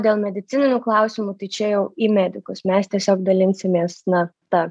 dėl medicininių klausimų tai čia jau į medikus mes tiesiog dalinsimės na ta